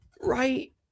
right